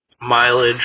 mileage